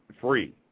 free